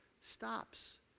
stops